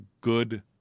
good